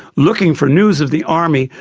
looking for news of the army,